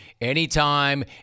anytime